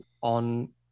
on